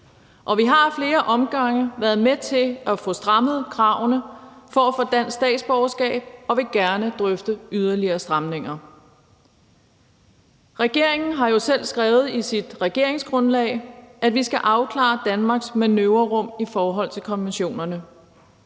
og vi har ad flere omgange været med til at få strammet kravene for at få dansk statsborgerskab og vil gerne drøfte yderligere stramninger. Regeringen har selv skrevet i sit regeringsgrundlag, at vi skal afklare Danmarks manøvrerum i forhold til konventionerne.